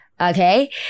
okay